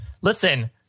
Listen